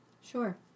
Sure